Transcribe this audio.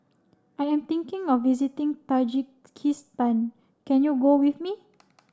I am thinking of visiting Tajikistan can you go with me